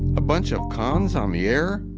a bunch of cons on the air!